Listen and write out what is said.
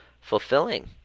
fulfilling